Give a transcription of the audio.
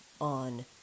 on